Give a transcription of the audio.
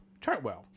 Chartwell